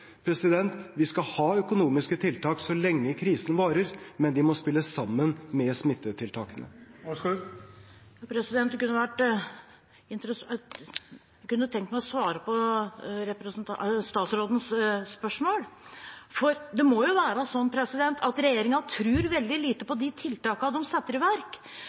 Vi skal ha økonomiske tiltak så lenge krisen varer, men de må spille sammen med smitteverntiltakene. Jeg kunne tenkt meg å svare på statsrådens spørsmål. For det må jo være sånn at regjeringen tror veldig lite på de tiltakene de setter i verk.